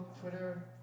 Twitter